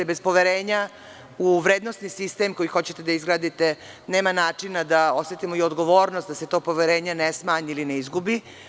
Bez poverenjau vrednosni sistem koji hoćete da izgradite nema načina da osetimo i odgovornost da se to poverenje ne smanji ili ne izgubi.